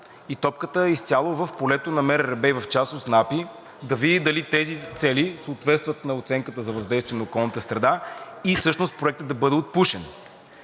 и топката е изцяло в полето на МРРБ, и в частност на АПИ, да види дали тези цели съответстват на оценката за въздействие на околната среда и всъщност проектът да бъде отпушен.